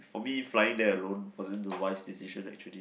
for me flying there alone wasn't the wise decision actually